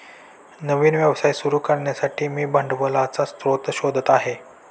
नवीन व्यवसाय सुरू करण्यासाठी मी भांडवलाचा स्रोत शोधत आहे